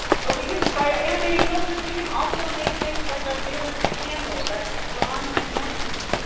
but we can. by animating filters, we can also make things like a realistic candle that's drawn with math!